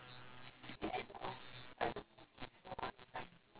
and it was very very very very bad everyone hated it